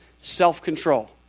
self-control